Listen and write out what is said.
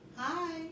Hi